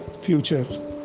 future